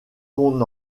qu’on